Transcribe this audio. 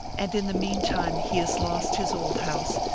and in the meantime he has lost his old house,